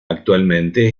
actualmente